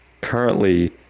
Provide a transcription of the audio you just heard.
Currently